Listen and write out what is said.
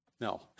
No